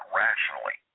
rationally